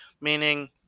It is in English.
Meaning